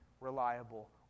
reliable